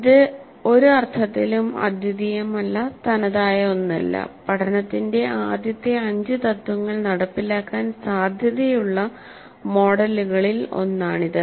ഇത് ഒരു അർത്ഥത്തിലും അദ്വിതീയമല്ലതനതായ ഒന്നല്ല പഠനത്തിന്റെ ആദ്യത്തെ അഞ്ച് തത്ത്വങ്ങൾ നടപ്പിലാക്കാൻ സാധ്യതയുള്ള മോഡലുകളിൽ ഒന്നാണിത്